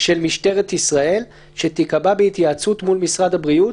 של משטרת ישראל שתיקבע בהתייעצות מול משרד הבריאות,